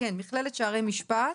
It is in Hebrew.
מכללת שערי משפט,